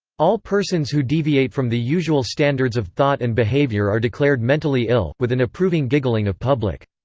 all persons who deviate from the usual standards of thought and behavior are declared mentally ill, with an approving giggling of public.